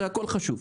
הכול חשוב,